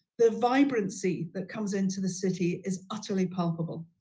the vibrancy that comes into the city is utterly palpable.